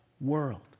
world